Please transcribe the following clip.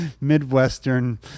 Midwestern